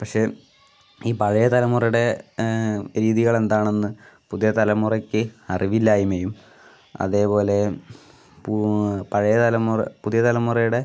പക്ഷെ ഈ പഴയ തലമുറയുടെ രീതികൾ എന്താണെന്ന് പുതിയ തലമുറക്ക് അറിവില്ലായ്മയും അതേപോലെ പൂ പഴയതലമുറ പുതിയ തലമുറയുടെ